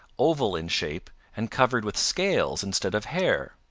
oval in shape, and covered with scales instead of hair.